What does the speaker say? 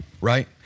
right